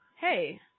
hey